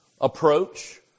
approach